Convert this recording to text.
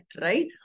right